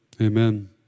Amen